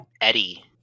Eddie